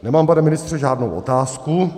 Nemám, pane ministře, žádnou otázku.